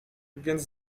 więc